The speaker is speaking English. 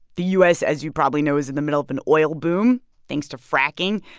the u s, as you probably know, is in the middle of an oil boom thanks to fracking.